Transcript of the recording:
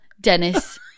Dennis